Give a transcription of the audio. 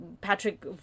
Patrick